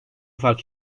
fark